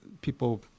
people